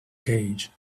cage